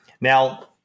now